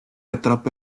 atrapa